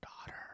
daughter